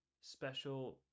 special